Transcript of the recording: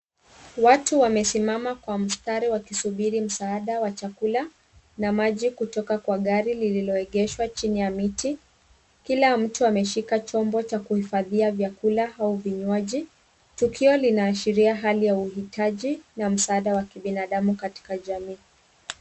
Watu wamesimama kwa mstari wakisubiri msaada wa chakula, na maji kutoka kwa gari lililoegeshwa chini ya miti. Kila mtu ameshika chombo cha kuhifadhia vyakula au vinywaji. Tukio linaashiria hali ya uhitaji na msaada wa kibinadamu katika jamii.